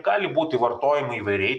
gali būti vartojami įvairiai